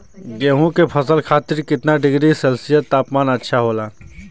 गेहूँ के फसल खातीर कितना डिग्री सेल्सीयस तापमान अच्छा होला?